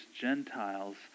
Gentiles